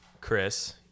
chris